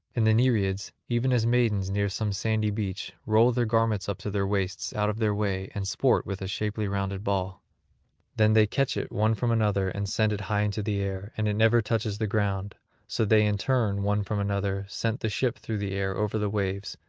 and the nereids, even as maidens near some sandy beach roll their garments up to their waists out of their way and sport with a shapely-rounded ball then they catch it one from another and send it high into the air and it never touches the ground so they in turn one from another sent the ship through the air over the waves,